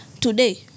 today